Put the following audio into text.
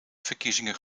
verkiezingen